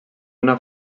una